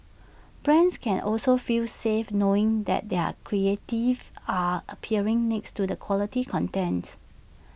brands can also feel safe knowing that their creatives are appearing next to the quality contents